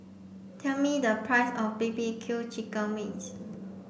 tell me the price of B B Q chicken wings